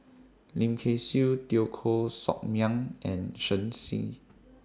Lim Kay Siu Teo Koh Sock Miang and Shen Xi